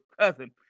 cousin